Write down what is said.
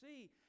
see